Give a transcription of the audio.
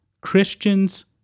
Christians